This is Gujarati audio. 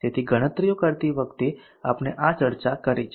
તેથી ગણતરીઓ કરતી વખતે આપને આ ચર્ચા કરી છે